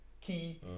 key